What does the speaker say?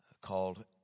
called